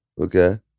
Okay